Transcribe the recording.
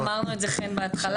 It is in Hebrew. אמרנו את זה חן בהתחלה,